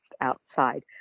outside